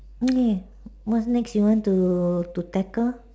okay what's next you want to to tackle